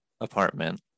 apartment